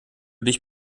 dich